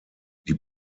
die